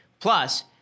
Plus